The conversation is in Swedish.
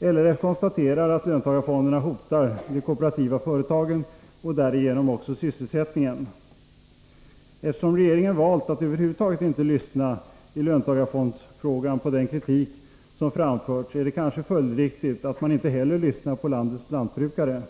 LRF konstaterar att löntagarfonderna hotar de kooperativa företagen och därigenom också sysselsättningen. Eftersom regeringen valt att över huvud taget inte lyssna på den kritik som framförts i löntagarfondsfrågan, är det kanske följdriktigt att man inte heller lyssnar till landets lantbrukare.